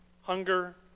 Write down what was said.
Hunger